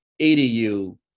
EDU